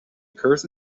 occurs